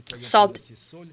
Salt